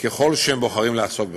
ככל שהם בוחרים לעסוק בכך.